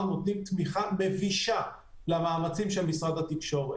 נותנים תמיכה בגישה למאמצים של משרד התקשורת.